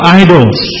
idols